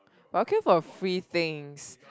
but I will queue for free things